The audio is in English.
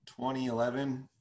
2011